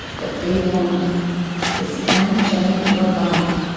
but be warned this can change your life.